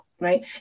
Right